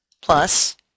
plus